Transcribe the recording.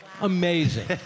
Amazing